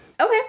Okay